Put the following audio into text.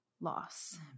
loss